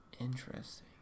Interesting